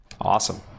Awesome